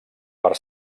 per